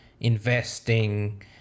investing